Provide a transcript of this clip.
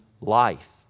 life